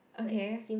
okay